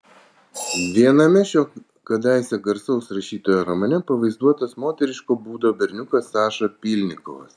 viename šio kadaise garsaus rašytojo romane pavaizduotas moteriško būdo berniukas saša pylnikovas